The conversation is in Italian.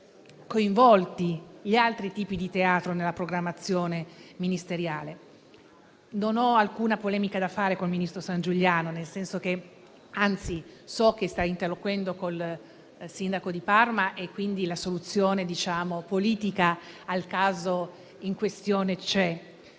vengono coinvolti nella programmazione ministeriale. Non ho alcuna polemica da sollevare con il ministro Sangiuliano, che, anzi, so che sta interloquendo con il sindaco di Parma, per cui la soluzione politica al caso in questione c'è.